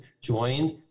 joined